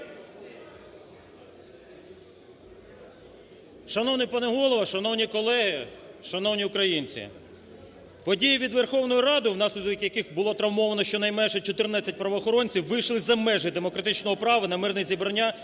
Шановний пане Голово, шановні колеги, шановні українці! Події під Верховною Радою, внаслідок яких було травмовано щонайменше 14 правоохоронців, вийшли за межі демократичного права на мирні зібрання